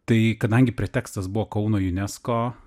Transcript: tai kadangi pretekstas buvo kauno unesco